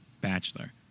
bachelor